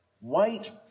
white